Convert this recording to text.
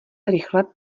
rychle